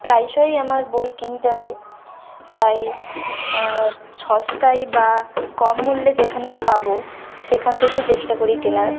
প্রায়শই আমার বই কিনতে হয় তাই সস্তায় বা কম মূল্যে যেখানে পাব সেখান থেকেই চেষ্টা করি কেনার